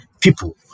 people